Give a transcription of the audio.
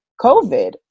COVID